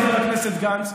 חבר הכנסת גנץ,